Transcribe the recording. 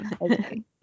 Okay